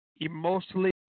emotionally